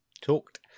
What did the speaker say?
talked